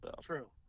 True